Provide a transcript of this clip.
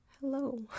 hello